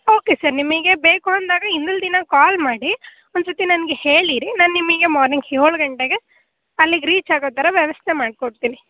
okay sir ನಿಮಗೆ ಬೇಕು ಅಂದಾಗ ಇನ್ನೊಂದಿನ ಕಾಲ್ ಮಾಡಿ ಒಂದು ಸರ್ತಿ ನನಗೆ ಹೇಳಿರಿ ನಾನು ನಿಮಗೆ ಮಾರ್ನಿಂಗ್ ಏಳು ಗಂಟೆಗೆ ಅಲ್ಲಿಗೆ ರೀಚ್ ಆಗೋ ಥರ ವ್ಯವಸ್ಥೆ ಮಾಡಿಕೊಡ್ತೀನಿ